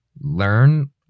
learn